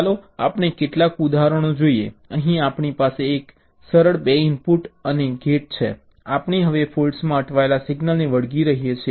ચાલો આપણે કેટલાક ઉદાહરણો જોઈએ અહીં આપણી પાસે એક સરળ 2 ઇનપુટ અને ગેટ છે આપણે હવે ફૉલ્ટ્સમાં અટવાયેલા સિંગલને વળગી રહીએ છીએ